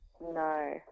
No